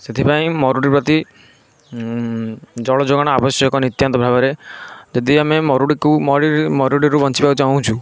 ସେଥିପାଇଁ ମରୁଡ଼ି ପ୍ରତି ଜଳ ଯୋଗାଣ ଆବଶ୍ୟକ ନିତ୍ୟାନ୍ତ ଭାବରେ ଯଦି ଆମେ ମରୁଡ଼ିକୁ ମରୁଡ଼ିରୁ ବଞ୍ଚିବାକୁ ଚାଁହୁଛୁ